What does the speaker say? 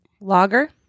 Lager